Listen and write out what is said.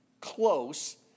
close